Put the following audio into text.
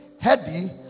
heady